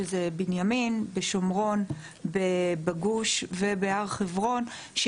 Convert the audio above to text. שזה בנימין ושומרון בגוש ובהר חברון,